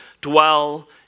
dwell